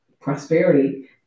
prosperity